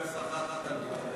תאחל לו הצלחה תמיד.